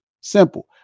simple